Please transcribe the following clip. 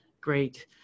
great